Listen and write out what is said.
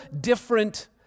different